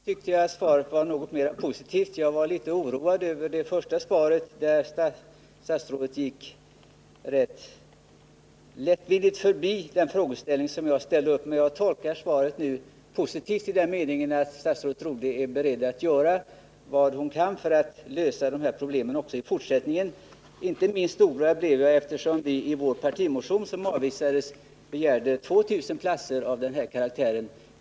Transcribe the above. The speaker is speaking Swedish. Herr talman! Nu tyckte jag att svaret var mer positivt. Jag var litet oroad över det första svaret, där statsrådet gick rätt lättvindigt förbi min frågeställning. Men jag tolkar nu detta svar positivt i den meningen, att statsrådet Rodhe är beredd att göra vad hon kan för att lösa de här problemen också i fortsättningen. I vår partimotion, som avvisades, begärde vi 2 000 platser av den här karaktären.